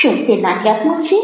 શું તે નાટ્યાત્મક છે